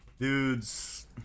Dude's